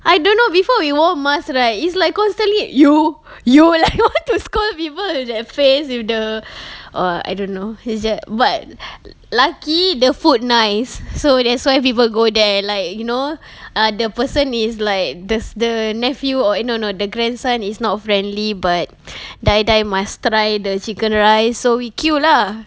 I don't know before we wore mask right it's like constantly you you will like want to scold people with that face with the err I don't know he's tha~ but lucky the food nice so that's why people go there like you know ah the person is like the s~ the nephew or eh no no the grandson is not friendly but die die must try the chicken rice so we queue lah